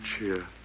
cheer